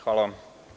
Hvala vam.